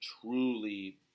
truly